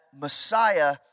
Messiah